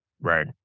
Right